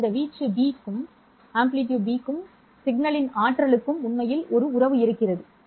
இந்த வீச்சு b க்கும் சமிக்ஞையின் ஆற்றலுக்கும் உண்மையில் ஒரு உறவு இருக்கிறது சரி